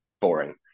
boring